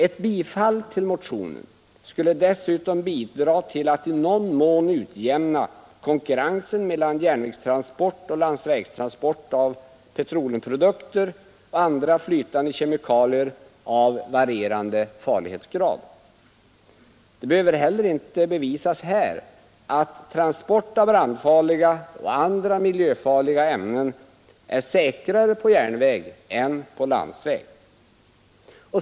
Ett bifall till motionen skulle dessutom bidra till att i någon mån utjämna konkurrensen mellan järnvägstransport och landsvägstransport av petroleumprodukter och andra flytande kemikalier av varierande farlighetsgrad. Det behöver heller inte bevisas här att transport av brandfarliga eller på annat sätt miljöfarliga ämnen är säkrare på järnväg än på landsväg.